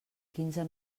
quinze